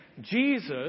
Jesus